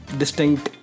distinct